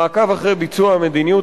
מעקב אחרי ביצוע המדיניות,